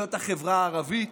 בזכויות החברה הערבית,